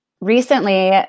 recently